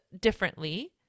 differently